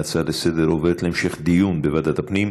ההצעה לסדר-היום עוברת להמשך דיון בוועדת הפנים.